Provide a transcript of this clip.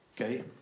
okay